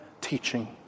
teaching